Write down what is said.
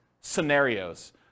scenarios